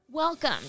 Welcome